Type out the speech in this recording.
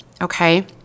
okay